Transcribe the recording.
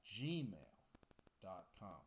gmail.com